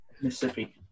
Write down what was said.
Mississippi